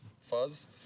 fuzz